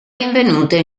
rinvenute